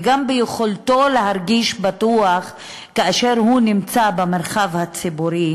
וגם ביכולתו להרגיש בטוח כאשר הוא נמצא במרחב הציבורי,